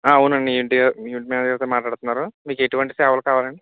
ఆ అవును అండి ఈవెంట్ మేనేజర్తో మాట్లాడుతున్నారు మీకు ఎటువంటి సేవలు కావాలి అండి